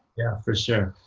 yeah, for sure.